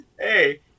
Hey